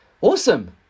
Awesome